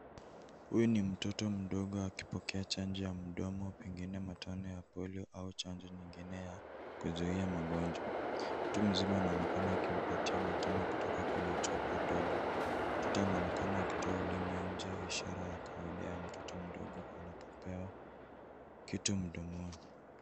Huyu ni mtoto mdogo akipokea chanjo ya mdomo , pengine matone ya polio au chanjo nyingine ya kuzuia magonjwa. Mtu mzima anaonekana akimpatia matone kutoka kwenye chupa dogo . Mtoto anaonekana akitoa ulimi nje ishara ya kawaida ya mtoto mdogo anapopewa kitu mdomoni.